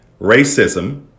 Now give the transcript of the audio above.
Racism